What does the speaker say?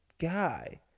guy